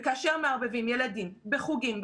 וכאשר מערבבים ילדים בחוגים,